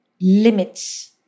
limits